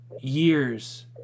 Years